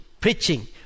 preaching